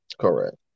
Correct